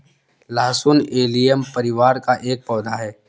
लहसुन एलियम परिवार का एक पौधा है